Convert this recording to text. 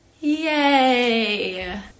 Yay